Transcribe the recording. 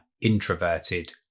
introverted